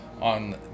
on